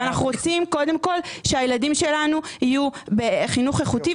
אבל אנחנו רוצים קודם כל שהילדים שלנו יהיו בחינוך איכותי.